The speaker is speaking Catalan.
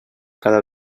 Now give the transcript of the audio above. cada